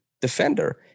defender